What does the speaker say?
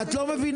את לא מבינה?